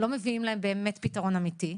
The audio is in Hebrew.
לא מביאים להם באמת פתרון אמיתי.